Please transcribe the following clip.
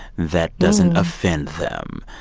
that doesn't offend them,